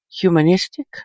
humanistic